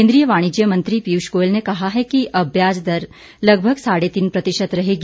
केंद्रीय वाणिज्य मंत्री पीयूष गोयल ने कहा कि अब ब्याज दर लगभग साढ़े तीन प्रतिशत रहेगी